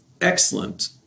excellent